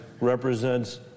represents